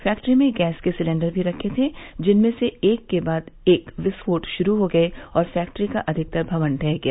factory में gas के cylinder भी रखे थे जिनमें एक के बाद एक विस्फोट शुरू हो गया और फैक्ट्री का अधिकतर भवन ढह गया